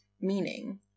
meaning